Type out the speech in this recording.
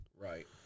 Right